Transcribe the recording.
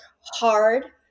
hard